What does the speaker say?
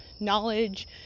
knowledge